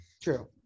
True